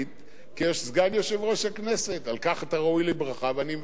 על כך אתה ראוי לברכה ואני מברך אותך בכל פעם מחדש בעניין הזה.